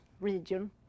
region